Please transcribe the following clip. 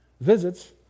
visits